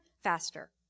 Faster